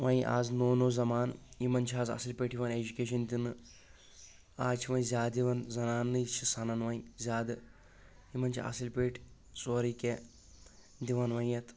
وۄنۍ اَز نوٚو نوٚو زمانہٕ یِمن چھ اَز اصٕل پٲٹھۍ یِوان ایٚجُکیشن دِنہٕ اَز چھ وۄنۍ زیادٕ یِوان زنانہٕ نٕے چھِ سنان وۄنۍ زیٛادٕ یِمن چھِ اَصٕل پأٹھۍ سورٕے کیٚنٛہہ دِوان وۄنۍ یتھ